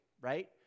right